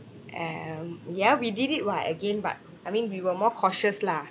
mm ya we did it [what] again but I mean we were more cautious lah